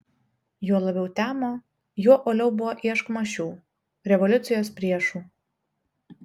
juo labiau temo juo uoliau buvo ieškoma šių revoliucijos priešų